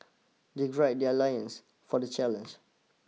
they gird their lines for the challenge